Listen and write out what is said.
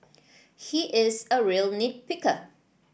he is a real nit picker